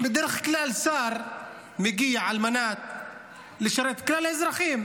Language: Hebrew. בדרך כלל שר מגיע על מנת לשרת את כלל האזרחים,